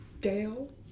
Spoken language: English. Dale